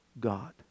God